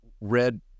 red